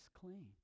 clean